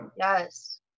yes